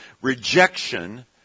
rejection